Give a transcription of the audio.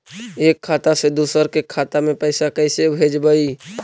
एक खाता से दुसर के खाता में पैसा कैसे भेजबइ?